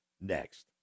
Next